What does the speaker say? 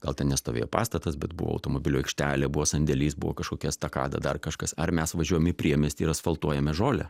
gal ten nestovėjo pastatas bet buvo automobilių aikštelė buvo sandėlis buvo kažkokia estakada dar kažkas ar mes važiuojam į priemiestį ir asfaltuojame žolę